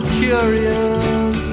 curious